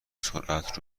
سرعت